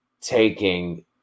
taking